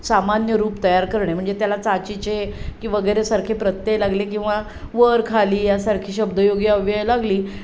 सामान्य रूप तयार करणे म्हणजे त्याला चा ची चे की वगैरे सारखे प्रत्यय लागले किंवा वर खाली यासारखे शब्दयोगी अव्यय लागली